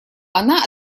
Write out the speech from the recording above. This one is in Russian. она